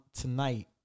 tonight